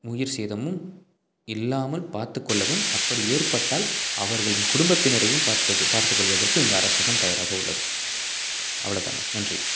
உயிர் சேதமும் இல்லாமல் பார்த்துக் கொள்ளவும் அப்படி ஏற்பட்டால் அவர்களின் குடும்பத்தினரையும் பார்ப்ப பார்த்து கொள்வதற்கு இந்த அரசாங்கம் தயாராக உள்ளது அவ்வளோதாங்க நன்றி